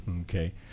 Okay